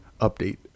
update